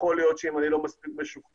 יכול להיות שאם אני לא מספיק משוכנע,